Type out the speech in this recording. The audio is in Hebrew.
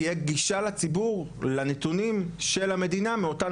שלפחות תהיה גישה לציבור לנתונים של המדינה מאותן